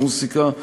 מוזיקה,